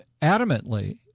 adamantly